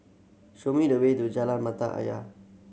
show me the way to Jalan Mata Ayer